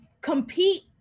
compete